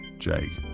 jake,